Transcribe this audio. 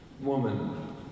woman